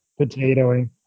Potatoing